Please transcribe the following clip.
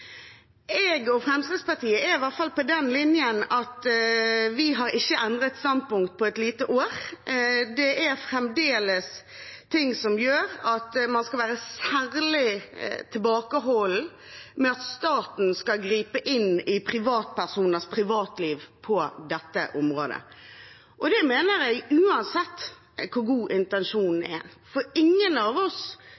Jeg og Fremskrittspartiet er i hvert fall på den linjen at vi ikke har endret standpunkt på et lite år. Det er fremdeles ting som gjør at man skal være særlig tilbakeholden med at staten skal gripe inn i personers privatliv på dette området, og det mener jeg gjelder uansett hvor god intensjonen